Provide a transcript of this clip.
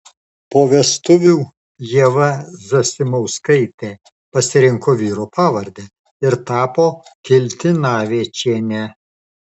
po vestuvių ieva zasimauskaitė pasirinko vyro pavardę ir tapo kiltinavičiene